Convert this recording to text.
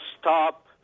stop